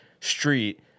street